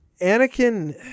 anakin